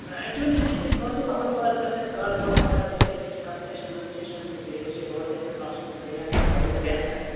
نہ ایکچِولی مےٚ چھُ ییٚمہِ برٛونٛہہ تہِ کوٚرمُت ژےٚ سۭتۍ کوٚرمُت کاربار تھوڑا گژھِ ہے مےٚ تہِ کنسیشن ونسیشن تہٕ بیٚیہِ گژھِ ہے روڈسٕے پٮ۪ٹھ آسُن سُہ گٔیو تیٚلہِ واریاہ بہتر